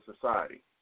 society